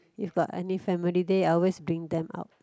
if got any family day I always bring them out